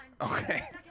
okay